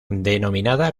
denominada